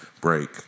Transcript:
break